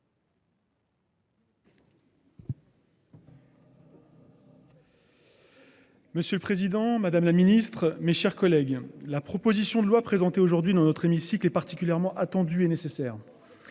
Monsieur le Président Madame la Ministre, mes chers collègues, la proposition de loi présentée aujourd'hui dans notre hémicycle est particulièrement attendue et nécessaire.